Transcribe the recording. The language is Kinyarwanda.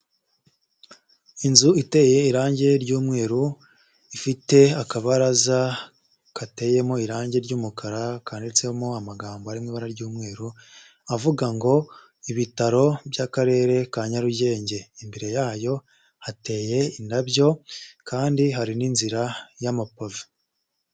Inzu iteye irange ry'umweru ifite akabaraza gateyemo irange ry'umukara kanditsemo amagambo ari mu ibara ry'umweru avuga ngo ibitaro by'akarere ka Nyarugenge, imbere yayo hateye indabyo kandi hari n'inzira y'amapave.